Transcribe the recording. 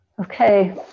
Okay